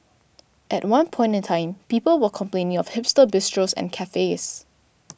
at one point in time people were complaining of hipster bistros and cafes